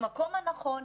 במקום הנכון.